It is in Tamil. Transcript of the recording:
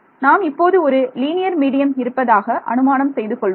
நாம் இப்போது ஒரு லீனியர் மீடியம் இருப்பதாக அனுமானம் செய்து கொள்வோம்